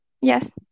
yes